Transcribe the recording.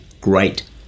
great